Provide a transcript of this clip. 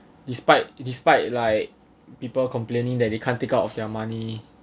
despite despite like people complaining that they can't take out of their money